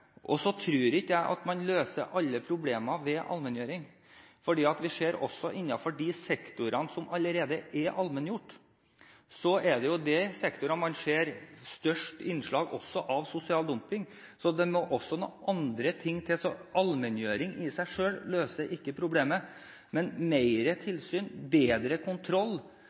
ikke man løser alle problemer med allmenngjøring, for vi ser at det er innenfor de sektorene som allerede er allmenngjort at man ser størst innslag av sosial dumping. Derfor må det også noen andre ting til. Allmenngjøring løser i seg selv ikke problemet, men bedre tilsyn og bedre kontroll